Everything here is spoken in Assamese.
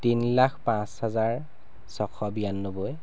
তিনি লাখ পাঁচ হাজাৰ ছশ বিয়ান্নব্বৈ